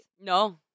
no